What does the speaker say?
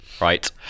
right